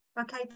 okay